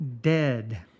dead